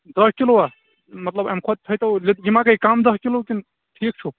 دَہ کِلوٗ ہا مطلب اَمہِ کھۅتہٕ تھٲوِتو یہِ ما گٔیہِ کَم دَہ کِلوٗ کِنہٕ ٹھیٖک چھُو